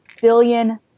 billion